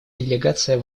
делегация